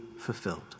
fulfilled